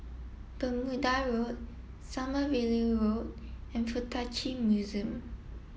Bermuda Road Sommerville Road and Fuk Tak Chi Museum